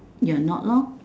you're not lor